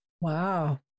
Wow